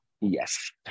yes